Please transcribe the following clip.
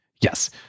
Yes